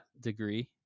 degree